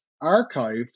archive